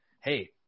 hey